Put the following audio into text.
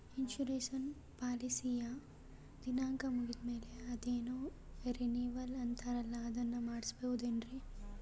Insurance ಪಾಲಿಸಿಯ ದಿನಾಂಕ ಮುಗಿದ ಮೇಲೆ ಅದೇನೋ ರಿನೀವಲ್ ಅಂತಾರಲ್ಲ ಅದನ್ನು ಮಾಡಿಸಬಹುದೇನ್ರಿ?